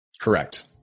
Correct